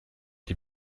die